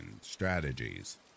strategies